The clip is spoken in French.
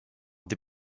des